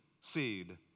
seed